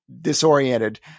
disoriented